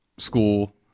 School